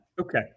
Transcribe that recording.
Okay